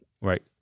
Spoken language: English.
Right